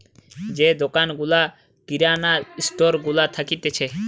যে দোকান গুলা কিরানা স্টোর গুলা থাকতিছে